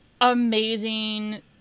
amazing